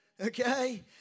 Okay